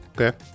Okay